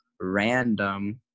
random